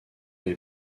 les